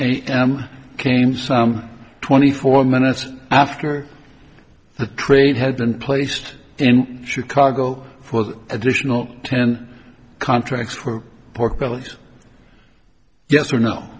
came some twenty four minutes after the trade had been placed in chicago for the additional ten contracts for pork bellies yes